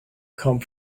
come